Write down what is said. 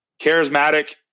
charismatic